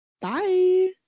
Bye